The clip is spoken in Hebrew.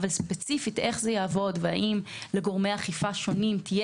אבל ספציפית איך זה יעבוד והאם לגורמי אכיפה שונים תהיה